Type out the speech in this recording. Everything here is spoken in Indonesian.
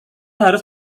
harus